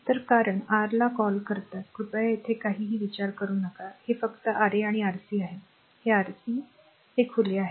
तर कारण r ला कॉल करताच कृपया येथे काहीही विचार करू नका हे फक्त Ra आणि Rc आहे हे Rc आहे ते खुले आहे